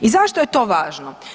I zašto je to važno?